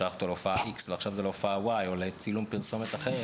ששלח אותו להופעה X ועכשיו זה להופעה Y או לצילום פרסומת אחרת,